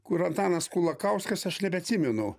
kur antanas kulakauskas aš nebeatsimenu